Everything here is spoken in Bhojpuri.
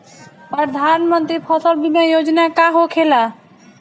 प्रधानमंत्री फसल बीमा योजना का होखेला?